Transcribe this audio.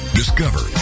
discover